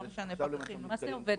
לא משנה פקחים או לא.